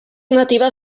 nativa